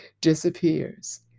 disappears